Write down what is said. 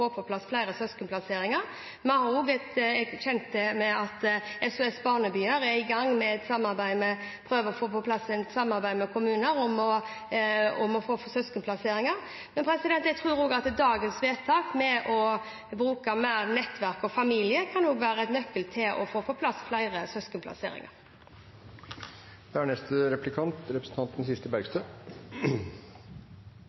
få på plass flere søskenplasseringer. Vi er også kjent med at SOS-barnebyer prøver å få på plass et samarbeid med kommuner om å få flere søskenplasseringer. Men jeg tror dagens vedtak om å bruke mer nettverk og familie kan være en nøkkel til å få på plass flere søskenplasseringer. Det er